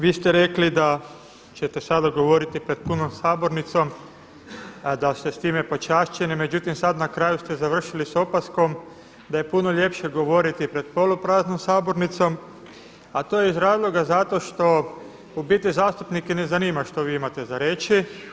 Vi ste rekli da ćete sada govoriti pred punom sabornicom, da ste s time počašćeni, međutim sada ste na kraju završili s opaskom da je puno ljepše govoriti pred polupraznom sabornicom, a to je iz razloga zato što u biti zastupnike ne zanima što vi imate za reći.